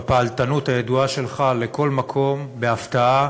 בפעלתנות הידועה שלך, בהפתעה